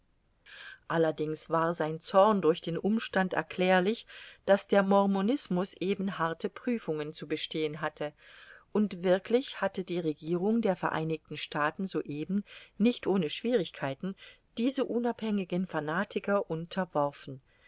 allerdings war sein zorn durch den umstand erklärlich daß der mormonismus eben harte prüfungen zu bestehen hatte und wirklich hatte die regierung der vereinigten staaten soeben nicht ohne schwierigkeiten diese unabhängigen fanatiker unterworfen